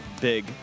big